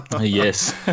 Yes